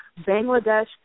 Bangladesh